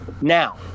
now